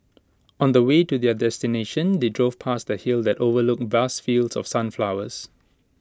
on the way to their destination they drove past A hill that overlooked vast fields of sunflowers